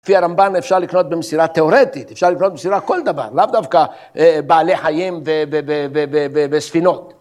לפי הרמב״ן אפשר לקנות במסירה תאורטית, אפשר לקנות במסירה כל דבר, לאו דווקא בעלי חיים וספינות.